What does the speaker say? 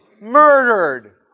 murdered